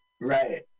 Right